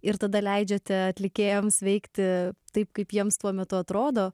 ir tada leidžiate atlikėjams veikti taip kaip jiems tuo metu atrodo